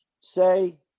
say